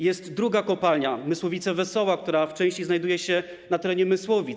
Jest druga kopalnia, Mysłowice-Wesoła, która w części znajduje się na terenie Mysłowic.